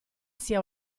sia